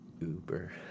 Uber